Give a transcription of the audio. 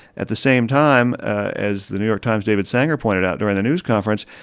at the same time, as the new york times' david sanger pointed out during the news conference,